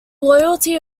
loyalty